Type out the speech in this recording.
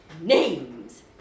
names